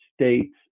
States